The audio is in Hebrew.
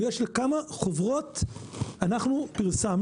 הוא יהיה של כמה חוברות אנחנו פרסמנו.